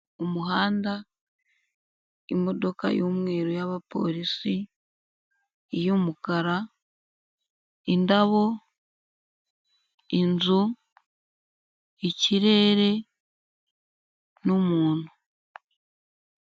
Umuhanda, imodoka y'umweru y'abapolisi, iy'umukara, indabo, inzu, ikirere n'umuntu.